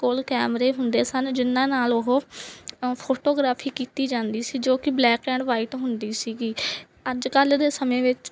ਕੋਲ ਕੈਮਰੇ ਹੁੰਦੇ ਸਨ ਜਿਹਨਾਂ ਨਾਲ ਉਹ ਫੋਟੋਗਰਾਫੀ ਕੀਤੀ ਜਾਂਦੀ ਸੀ ਜੋ ਕਿ ਬਲੈਕ ਐਂਡ ਵਾਈਟ ਹੁੰਦੀ ਸੀਗੀ ਅੱਜ ਕੱਲ੍ਹ ਦੇ ਸਮੇਂ ਵਿੱਚ